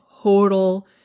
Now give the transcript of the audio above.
total